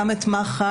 גם את מח"ש,